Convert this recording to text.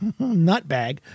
nutbag